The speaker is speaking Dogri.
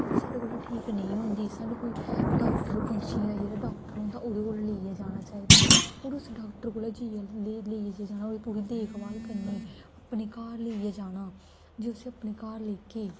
अगर साढ़े कोला ठीक नेईं होंदी सानूं कोई डाक्टर पंछियें दा जेह्ड़ा डाक्टर होंदा उ'दे कोल लेइयै जाना चाहिदा होर उस डाक्टर कोल जेइयै लेइयै जे जाना होऐ पूरी देखभाल करनी अपने घर लेइयै जाना जे तुस अपने घर लेग्गे